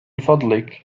فضلك